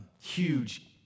huge